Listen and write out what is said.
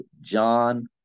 John